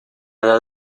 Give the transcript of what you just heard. edad